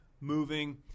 moving